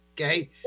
okay